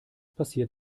passiert